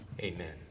amen